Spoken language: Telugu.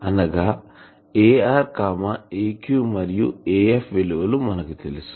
అనగా ar aq మరియు af విలువలు మనకు తెలుసు